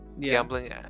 gambling